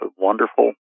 wonderful